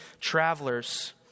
travelers